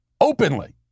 openly